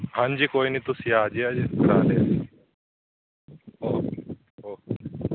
ਹਾਂਜੀ ਕੋਈ ਨਹੀਂ ਤੁਸੀਂ ਆ ਜਿਆ ਜੇ ਕਰਵਾ ਲਿਆ ਓਕੇ ਓਕੇ